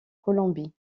colombie